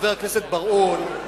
חבר הכנסת בר-און,